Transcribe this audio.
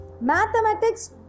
Mathematics